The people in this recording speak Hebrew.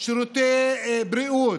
שירותי בריאות,